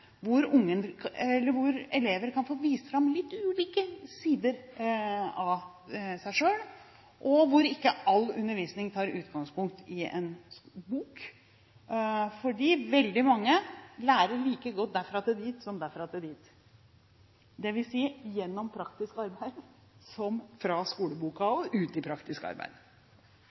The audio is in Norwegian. hvor elever kan få vist fram litt ulike sider av seg selv, og hvor ikke all undervisning tar utgangspunkt i en bok, fordi veldig mange lærer like godt gjennom praktisk arbeid som fra skoleboka og ut i praktisk arbeid. De tre viktigste grepene i forbindelse med ungdomstrinnsmeldingen er innføring av valgfag, økt fleksibilitet i